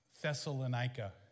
Thessalonica